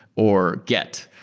or get,